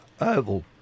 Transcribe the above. oval